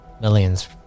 millions